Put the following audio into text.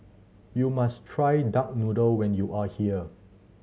you must try duck noodle when you are here